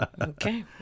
Okay